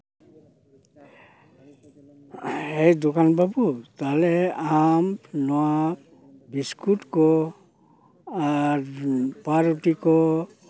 ᱮᱭ ᱫᱚᱠᱟᱱ ᱵᱟᱹᱵᱩ ᱛᱟᱦᱚᱞᱮ ᱟᱢ ᱱᱚᱣᱟ ᱵᱤᱥᱠᱩᱴ ᱠᱚ ᱯᱟᱣᱨᱩᱴᱤ ᱠᱚ